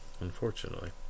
unfortunately